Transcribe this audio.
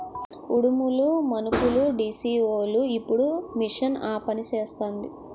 ఉడుపులు మనుసులుడీసీవోలు ఇప్పుడు మిషన్ ఆపనిసేస్తాంది